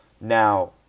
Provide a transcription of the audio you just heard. Now